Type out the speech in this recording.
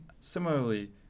Similarly